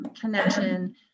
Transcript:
connection